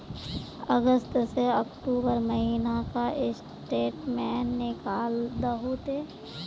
अगस्त से अक्टूबर महीना का स्टेटमेंट निकाल दहु ते?